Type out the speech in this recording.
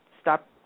stop